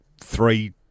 three